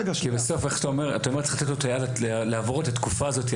אתה אומר, צריך לתת את היד לעבור את התקופה הזאת.